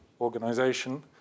organization